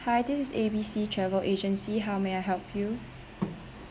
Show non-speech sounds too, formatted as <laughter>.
hi this is A B C travel agency how may I help you <noise>